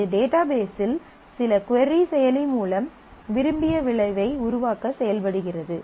அது டேட்டாபேஸில் சில கொரி செயலி மூலம் விரும்பிய விளைவை உருவாக்க செயல்படுகிறது